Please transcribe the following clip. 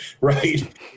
Right